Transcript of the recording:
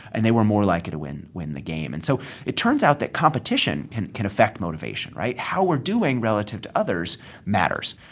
and they were more likely to win win the game. and so it turns out that competition can can affect motivation, right? how we're doing relative to others matters.